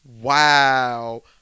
Wow